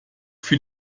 für